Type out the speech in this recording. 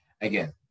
again